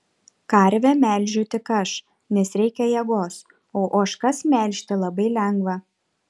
karvę melžiu tik aš nes reikia jėgos o ožkas melžti labai lengva